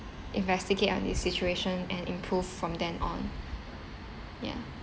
investigate on this situation and improve from then on yeah